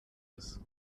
ist